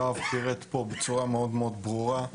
יואב פירט פה בצורה מאוד מאוד ברורה.